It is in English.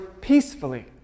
peacefully